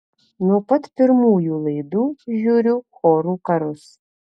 nuo pat pirmųjų laidų žiūriu chorų karus